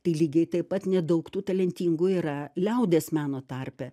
tai lygiai taip pat nedaug tų talentingų yra liaudies meno tarpe